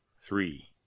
three